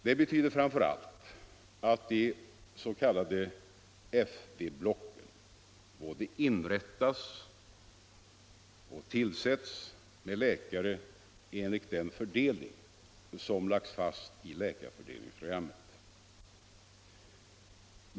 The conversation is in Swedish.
Det betyder framför allt att de s.k. FV-blocken både inrättas och tillsätts med läkare enligt den fördelning som lagts fast i läkarfördelningsprogrammet.